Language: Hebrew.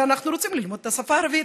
אנחנו רוצים ללמוד את השפה הערבית.